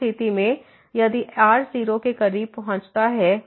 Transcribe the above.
उस स्थिति में यदि r 0 के करीब पहुंचता है